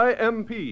IMP